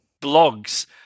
blogs